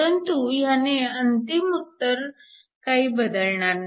परंतु ह्याने अंतिम उत्तर काही बदलणार नाही